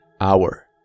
hour